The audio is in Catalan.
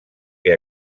que